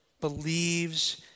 believes